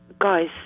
Guys